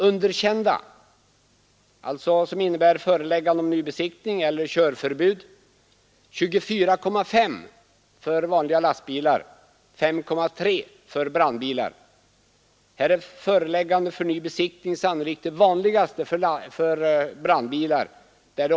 Underkända, innebärande föreläggande om ny besiktning eller körförbud: 24,5 för vanliga lastbilar, 5,3 procent för brandbilar.